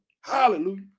Hallelujah